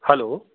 hello